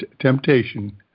temptation